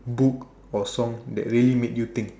book or song that really made you think